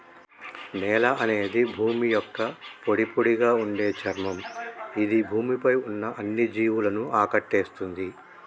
నేల అనేది భూమి యొక్క పొడిపొడిగా ఉండే చర్మం ఇది భూమి పై ఉన్న అన్ని జీవులను ఆకటేస్తుంది